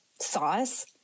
sauce